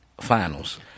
finals